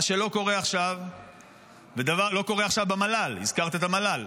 מה שלא קורה עכשיו במל"ל, הזכרת את המל"ל.